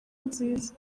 nziza